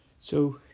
so,